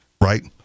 Right